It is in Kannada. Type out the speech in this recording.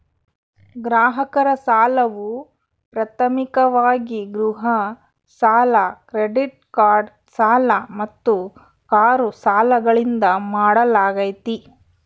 ಗ್ರಾಹಕರ ಸಾಲವು ಪ್ರಾಥಮಿಕವಾಗಿ ಗೃಹ ಸಾಲ ಕ್ರೆಡಿಟ್ ಕಾರ್ಡ್ ಸಾಲ ಮತ್ತು ಕಾರು ಸಾಲಗಳಿಂದ ಮಾಡಲಾಗ್ತೈತಿ